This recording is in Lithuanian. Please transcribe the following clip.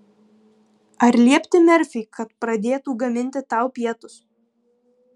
ar liepti merfiui kad pradėtų gaminti tau pietus